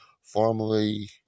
Formerly